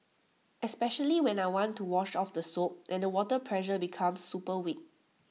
especially when I want to wash off the soap and the water pressure becomes super weak